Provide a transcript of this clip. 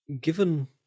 given